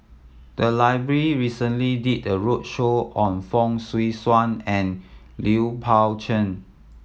the library recently did a roadshow on Fong Swee Suan and Liu Pao Chuen